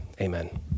Amen